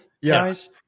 Yes